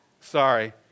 sorry